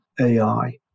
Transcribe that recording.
AI